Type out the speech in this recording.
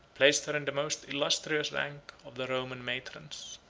placed her in the most illustrious rank of the roman matrons.